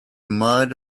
mud